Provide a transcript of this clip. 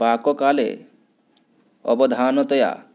पाककाले अवधानतया